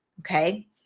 okay